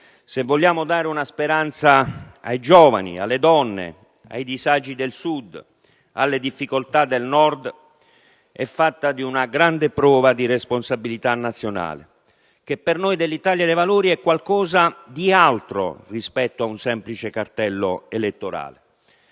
se vogliamo dare una speranza ai giovani, alle donne, ai disagi del Sud, al Nord con le sue difficoltà, passa per una grande prova di responsabilità nazionale, che per noi dell'Italia dei Valori è qualcosa di altro rispetto ad un semplice cartello elettorale.